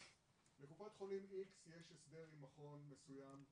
לקופת חולים X יש הסדר עם מכון מסוים,